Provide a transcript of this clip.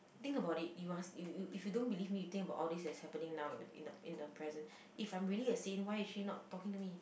think about it you must you you if you don't believe me you think about all these that's happening now in the in the in the present if I'm really a Saint why is she not talking to me